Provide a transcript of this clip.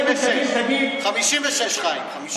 56, חיים.